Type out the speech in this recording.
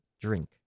drink